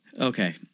Okay